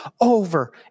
over